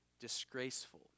disgraceful